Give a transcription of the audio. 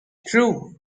true